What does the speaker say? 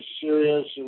serious